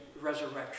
resurrection